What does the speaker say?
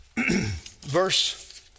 Verse